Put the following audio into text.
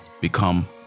Become